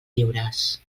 lliures